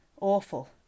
Awful